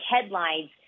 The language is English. headlines